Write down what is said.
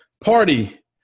party